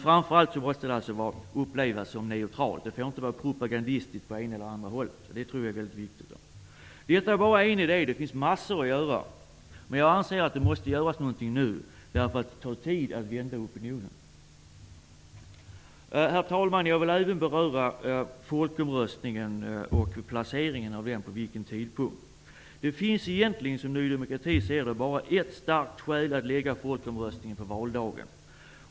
Framför allt måste det hela upplevas som neutralt. Det får inte vara fråga om propaganda från det ena eller det andra hållet. Det tror jag är väldigt viktigt. Detta är bara en idé. Det finns mängd saker att göra. Men jag anser att det är nu som något måste göras. Det tar ju tid att vända opinionen. Herr talman! Jag vill även beröra folkomröstningen och tidpunkten för denna. Som vi i Ny demokrati ser saken finns det egentligen bara ett enda starkt skäl för att lägga folkomröstningen på valdagen.